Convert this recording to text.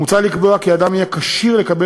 מוצע לקבוע כי אדם יהיה כשיר לקבל